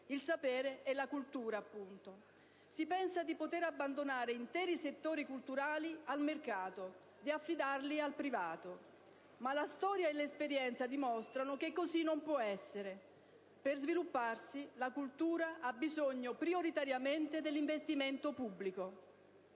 il sapere e la cultura, appunto. Si pensa di poter abbandonare interi settori culturali al mercato, di affidarli al privato. Ma la storia e l'esperienza dimostrano che così non può essere: per svilupparsi, la cultura ha bisogno prioritariamente dell'investimento pubblico.